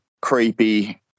creepy